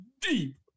deep